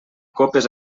copes